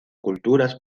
culturas